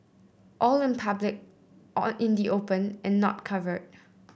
all in public in the open and not covered